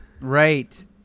Right